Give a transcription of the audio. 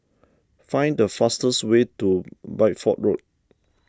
find the fastest way to Bideford Road